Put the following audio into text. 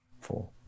four